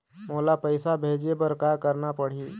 मोला पैसा भेजे बर का करना पड़ही?